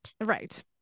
Right